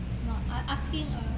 not I asking uh